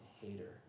hater